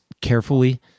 carefully